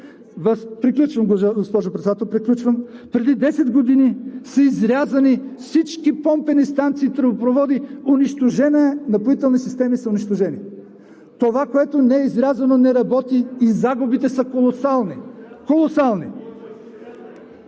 Приключвам, госпожо Председател, приключвам. Преди 10 години са изрязани всички помпени станции, тръбопроводи, унищожени са напоителните системи. Това, което не е изрязано, не работи и загубите са колосални. Колосални!